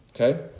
Okay